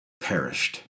perished